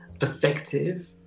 effective